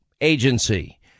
agency